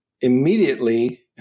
immediately